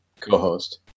co-host